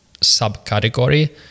subcategory